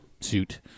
suit